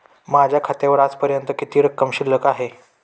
माझ्या खात्यावर आजपर्यंत किती रक्कम शिल्लक आहे?